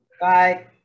Bye